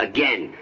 Again